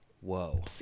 Whoa